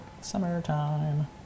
summertime